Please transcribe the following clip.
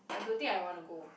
I don't think I want to go